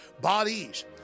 Bodies